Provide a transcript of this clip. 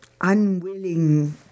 unwilling